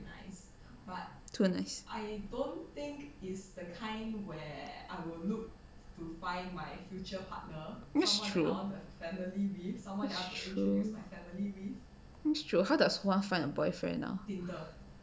that's true that's true that's true how does one find a boyfriend ah